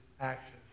action